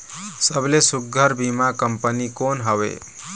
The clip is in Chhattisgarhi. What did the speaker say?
सबले सुघ्घर बीमा कंपनी कोन हवे?